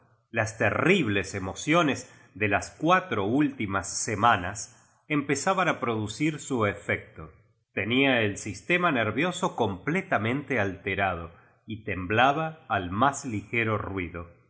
las terribles emocione de las cuatro ul timas semanas empezaban a producir su efecto tenía el sistema nervioso completamente alterado y temblaba al más ligero ruido